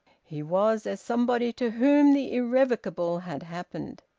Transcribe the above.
he was as somebody to whom the irrevocable had happened.